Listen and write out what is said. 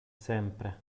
sempre